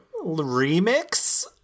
remix